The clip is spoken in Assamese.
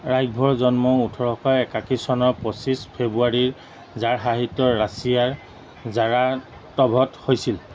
ৰাইকভৰ জন্ম ওঠৰশ একাশী চনৰ পঁচিশ ফেব্ৰুৱাৰীৰ জাৰশাসিত ৰাছিয়াৰ যাৰাটভত হৈছিল